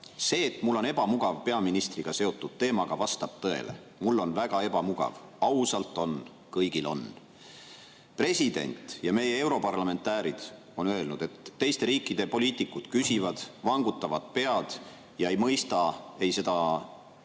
"Mul on ebamugav seoses peaministriga seotud teemaga. Vastab tõele, et mul on väga ebamugav. Ausalt on, kõigil on." President ja meie europarlamentäärid on öelnud, et teiste riikide poliitikud küsivad, vangutavad pead, nad ei mõista seda,